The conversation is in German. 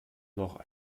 noch